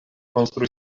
konstrui